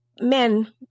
men